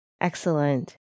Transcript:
excellent